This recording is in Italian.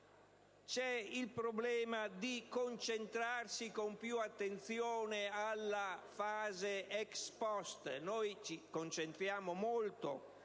il problema di concentrarsi con più attenzione alla fase *ex* *post*. Noi ci concentriamo molto